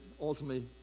ultimately